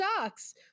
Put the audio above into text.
sucks